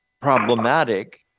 problematic